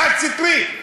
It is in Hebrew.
חד-סטרי.